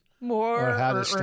More